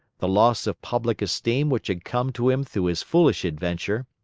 the loss of public esteem which had come to him through his foolish adventure,